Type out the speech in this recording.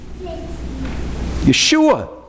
Yeshua